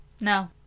no